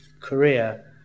Korea